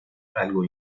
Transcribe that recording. algo